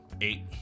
Eight